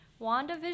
wandavision